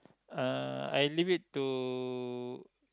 uh I leave it to